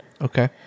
Okay